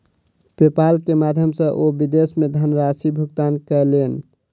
PayPal के माध्यम सॅ ओ विदेश मे धनराशि भुगतान कयलैन